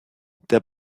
der